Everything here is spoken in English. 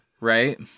right